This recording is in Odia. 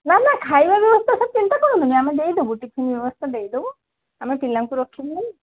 ନାଁ ନାଁ ଖାଇବା ବ୍ୟବସ୍ଥା ସାର୍ ଚିନ୍ତା କରନ୍ତୁନି ଆମେ ଦେଇ ଦେବୁ ଟିଫିନ୍ ବ୍ୟବସ୍ଥା ଦେଇ ଦେବୁ ଆମେ ପିଲାଙ୍କୁ ରଖିବୁ